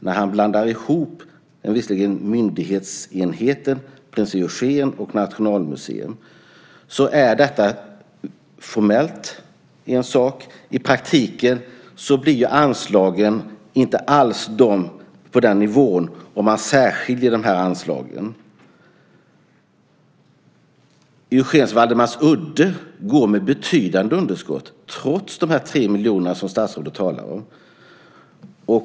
När han blandar ihop, visserligen myndighetsenheter, Prins Eugens Waldemarsudde och Nationalmuseum är detta formellt en sak, men i praktiken blir ju anslagen inte alls på den nivån om man särskiljer anslagen. Prins Eugens Waldemarsudde går med betydande underskott trots de 3 miljonerna som statsrådet talar om.